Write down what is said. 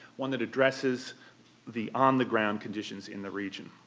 one that addresses the on-the-ground conditions in the region.